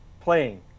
playing